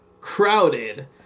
crowded